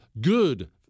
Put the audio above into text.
good